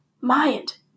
mind